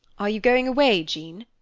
are you going away, jean?